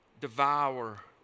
devour